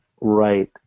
right